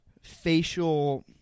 facial